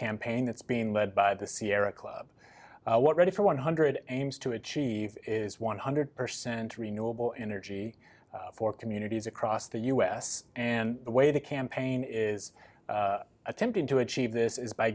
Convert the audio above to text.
campaign that's being led by the sierra club what ready for one hundred aims to achieve is one hundred percent renewable energy for communities across the u s and the way the campaign is attempting to achieve this is by